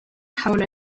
حول